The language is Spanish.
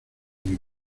negro